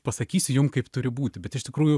pasakysiu jum kaip turi būti bet iš tikrųjų